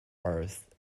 earth